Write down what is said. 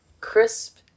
crisp